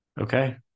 Okay